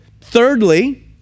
Thirdly